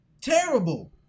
Terrible